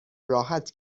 راحت